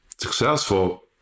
successful